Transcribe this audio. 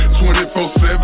24-7